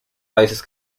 países